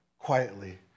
Quietly